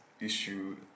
issue